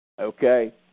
Okay